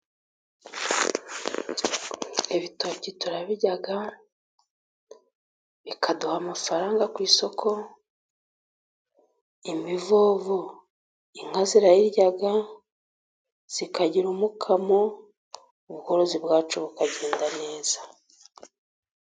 Ibitoki turabirya, bikaduha amafaranga ku isoko, imivovo inka zirayirya zikagira umukamo, ubwororozi bwacu bukagenda neza.